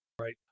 Right